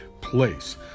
place